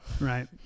right